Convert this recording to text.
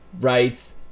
Right